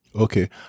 Okay